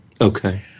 Okay